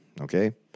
okay